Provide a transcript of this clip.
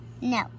No